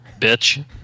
bitch